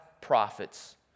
prophets